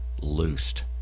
loosed